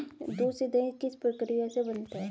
दूध से दही किस प्रक्रिया से बनता है?